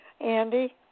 Andy